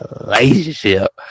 relationship